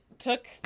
took